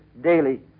daily